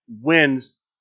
wins